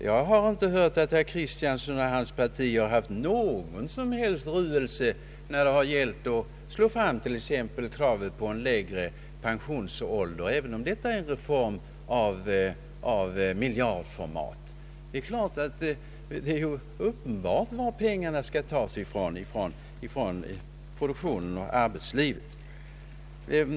Jag har inte hört att herr Kristiansson och hans parti har haft någon som helst ruelse när det gällt att slå fast t.ex. kravet på lägre pensionsålder, även om detta innebär en reform av miljardformat. Det är uppenbart var pengarna skall tas för reformerna — från produktionen och arbetslivet.